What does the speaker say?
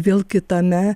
vėl kitame